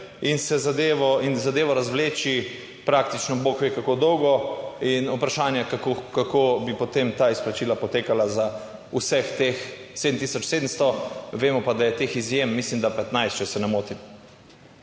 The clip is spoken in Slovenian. in zadevo razvleči praktično bog ve kako dolgo in vprašanje kako bi potem ta izplačila potekala za vseh teh 7700, vemo pa, da je teh izjem mislim da 15, če se ne motim.